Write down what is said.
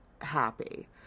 happy